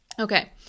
Okay